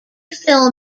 fill